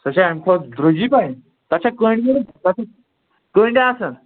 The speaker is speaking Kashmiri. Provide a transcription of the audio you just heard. سۄ چھا اَمہِ کھۄتہٕ درٛوٚجی پہن تَتھ چھا کٔنٛڈۍ کٔنٛڈۍ آسان